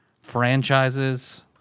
franchises